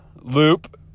Loop